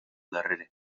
darrere